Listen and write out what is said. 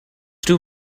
too